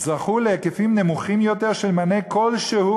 זכו להיקפים נמוכים יותר של מענה כלשהו